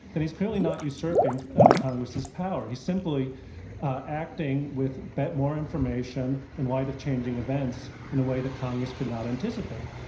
then he's clearly not usurping congress's power. he's simply acting with but more information in light of changing events, in a way that congress could not anticipate.